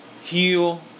heal